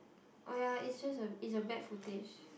oh ya is just a is a bad footage